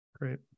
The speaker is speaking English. Great